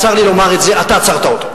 צר לי לומר את זה, אתה עצרת אותו.